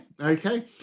okay